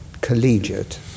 collegiate